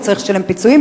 הוא צריך לשלם פיצויים.